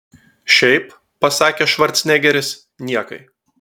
šiaip pasakė švarcnegeris niekai